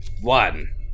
One